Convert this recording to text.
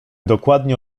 dokładnie